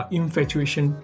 infatuation